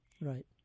Right